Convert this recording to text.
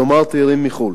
כלומר תיירים מחוץ-לארץ.